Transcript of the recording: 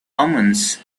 omens